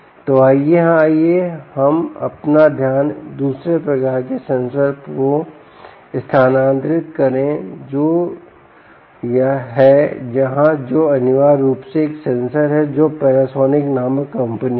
तो आइए हम अपना ध्यान दूसरे प्रकार के सेंसर पर स्थानांतरित करें जो है यहाँ जो अनिवार्य रूप से एक सेंसर है जो पैनासोनिक नामक कंपनी का है